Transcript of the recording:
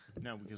No